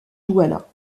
douala